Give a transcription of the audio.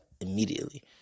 immediately